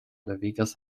devigas